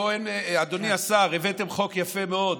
אדוני השר, הבאתם חוק יפה מאוד,